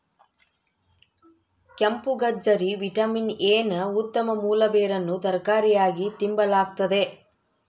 ಕೆಂಪುಗಜ್ಜರಿ vitamin A ನ ಉತ್ತಮ ಮೂಲ ಬೇರನ್ನು ತರಕಾರಿಯಾಗಿ ತಿಂಬಲಾಗ್ತತೆ